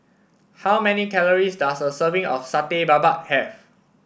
how many calories does a serving of Satay Babat have